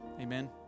Amen